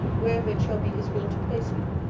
wherever it shall be his will to place me.